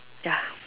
ya